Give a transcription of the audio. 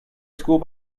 school